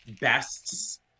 bests